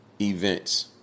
events